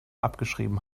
abgeschrieben